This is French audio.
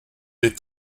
des